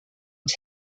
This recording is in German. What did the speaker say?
und